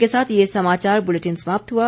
इसी के साथ ये समाचार बुलेटिन समाप्त हुआ